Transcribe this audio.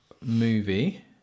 movie